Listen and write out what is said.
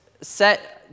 set